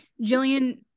Jillian